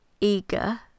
eager